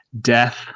death